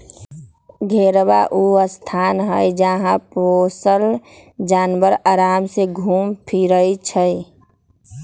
घेरहबा ऊ स्थान हई जहा पोशल जानवर अराम से घुम फिरइ छइ